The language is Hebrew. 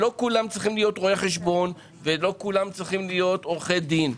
לא כולם צריכים להיות רואי חשבון או עורכי דין.